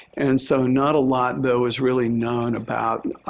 and so not a lot though is really known about